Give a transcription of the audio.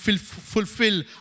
fulfill